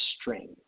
string